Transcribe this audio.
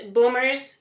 Boomers